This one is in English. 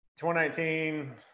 2019